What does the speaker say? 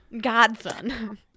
Godson